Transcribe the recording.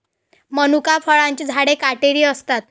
मनुका फळांची झाडे काटेरी असतात